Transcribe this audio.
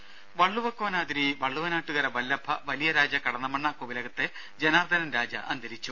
രുര വള്ളുവക്കോനാതിരി വള്ളുവനാട്ടുകര വല്ലഭ വലിയരാജ കടന്നമണ്ണ കോവിലകത്തെ ജനാർദനൻ രാജ അന്തരിച്ചു